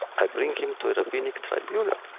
i bring him to to rabbinic tribunal.